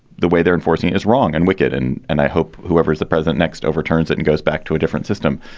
the way they're enforcing is wrong and wicked. and and i hope whoever is the president next overturns that it and goes back to a different system.